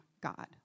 God